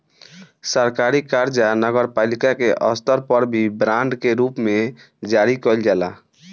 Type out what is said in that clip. सरकारी कर्जा नगरपालिका के स्तर पर भी बांड के रूप में जारी कईल जाला